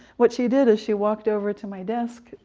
what she did is she walked over to my desk,